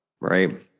Right